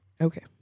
Okay